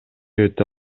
өтө